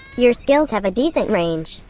your skills have a decent range.